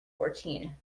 fourteen